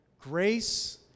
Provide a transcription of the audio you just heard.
Grace